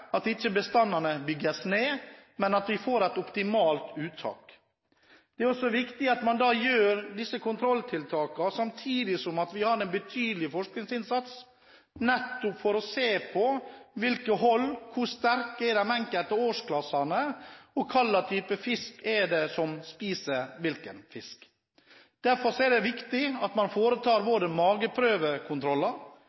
at ikke bestandene bygges ned, men at vi får et optimalt uttak. Det er også viktig at man gjennomfører disse kontrolltiltakene samtidig som vi har en betydelig forskningsinnsats, nettopp for å se på: Hvor sterke er de enkelte årsklassene? Hva slags type fisk er det som spiser hvilken fisk? Derfor er det viktig at man foretar